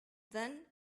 then